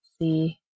see